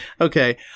Okay